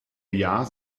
jahr